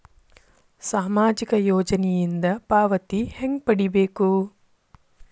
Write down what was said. ಸಾಮಾಜಿಕ ಯೋಜನಿಯಿಂದ ಪಾವತಿ ಹೆಂಗ್ ಪಡಿಬೇಕು?